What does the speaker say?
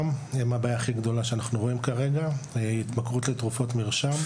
הבעיה הכי גדולה שאנחנו רואים היא התמכרות לסמים שהם תרופות מרשם.